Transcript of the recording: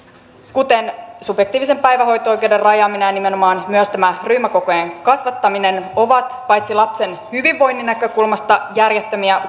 kuten subjektiivisen päivähoito oikeuden rajaaminen ja nimenomaan myös tämä ryhmäkokojen kasvattaminen ovat paitsi lapsen hyvinvoinnin näkökulmasta järjettömiä